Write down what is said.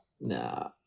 No